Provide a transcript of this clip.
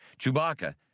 Chewbacca